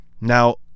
now